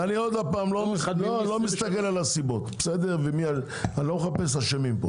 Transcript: אני לא מסתכל על הסיבות, ואני לא מחפש אשמים.